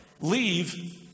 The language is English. Leave